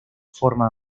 forma